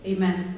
Amen